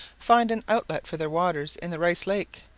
find an outlet for their waters in the rice lake.